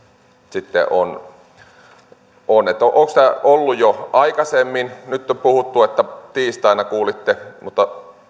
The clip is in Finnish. sitten on onko se ollut jo aikaisemmin nyt on puhuttu että tiistaina kuulitte mutta